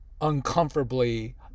uncomfortably